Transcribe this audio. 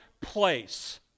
place